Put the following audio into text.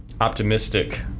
optimistic